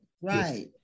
right